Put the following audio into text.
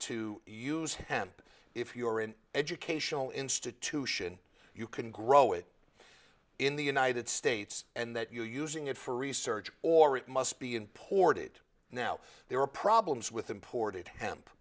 to use hemp if you are an educational institution you can grow it in the united states and that you are using it for research or it must be imported now there are problems with imported h